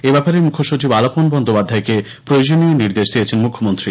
এ ব্যাপারে মুখ্যসচিব আলাপন বন্দ্যোপাধ্যায়কে প্রয়োজনীয় নির্দেশ দিয়েছেন মুখ্যমন্ত্রী